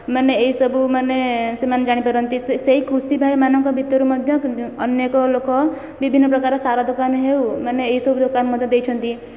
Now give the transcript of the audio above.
ମାନେ ଏହି ସବୁ ସେମାନେ ଜାଣି ପାରନ୍ତି ସେ ସେହି କୃଷି ଭାଇମାନଙ୍କ ଭିତରୁ ମଧ୍ୟ ଅନେକ ଲୋକ ବିଭିନ୍ନ ପ୍ରକାର ସାର ଦୋକାନ ହେଉ ମାନେ ଏହିସବୁ ଦୋକାନ ମଧ୍ୟ ଦେଇଛନ୍ତି